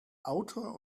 autor